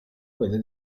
quella